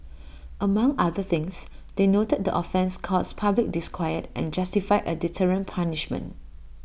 among other things they noted the offence caused public disquiet and justified A deterrent punishment